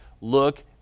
Look